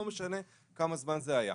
לא משנה כמה זה היה.